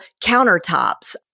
countertops